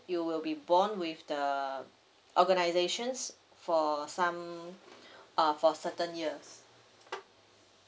you will be bond with the organisations for some uh for certain years